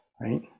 right